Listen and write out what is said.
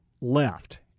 left